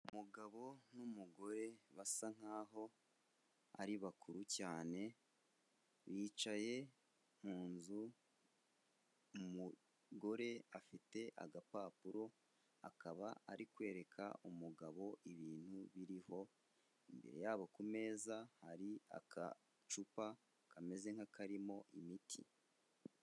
Umugabo n'umugore basa nk'aho ari bakuru cyane, bicaye mu nzu, umugore afite agapapuro, akaba ari kwereka umugabo ibintu biriho, imbere yabo ku meza hari agacupa kameze nk'akarimo imiti.